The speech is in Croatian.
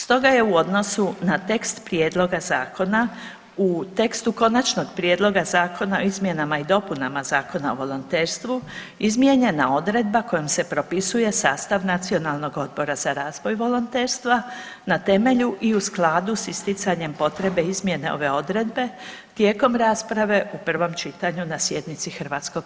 Stoga je u odnosu na tekst prijedloga zakona u tekstu Konačnog prijedloga zakona o izmjenama i dopunama Zakona o volonterstvu izmijenjena odredba kojom se propisuje sastav Nacionalnog odbora za razvoj volonterstva na temelju i u skladu s isticanjem potrebe izmjene ove odredbe tijekom rasprave u prvom čitanju na sjednici HS.